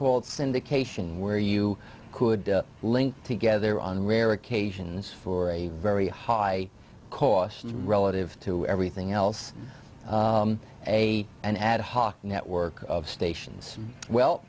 called syndication where you could link together on rare occasions for a very high cost relative to everything else a an ad hoc network of stations well